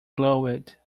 glowed